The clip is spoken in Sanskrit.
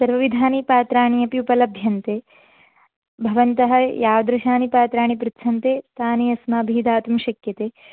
सर्वविधानि पात्राणि अपि उपलभ्यन्ते भवन्तः यादृशानि पात्राणि पृच्छन्ति तानि अस्माभिः दातुं शक्यन्ते